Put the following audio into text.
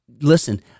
listen